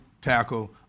tackle